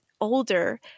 older